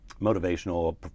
motivational